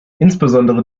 insbesondere